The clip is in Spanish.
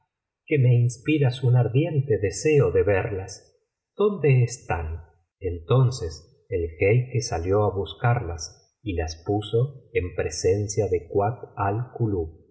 que me inspiras un ardiente deseo de verlas dónde están entonces el jeique salió á buscarlas y las puso en presencia de kuat al kulub al ver